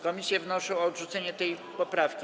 Komisje wnoszą o odrzucenie tej poprawki.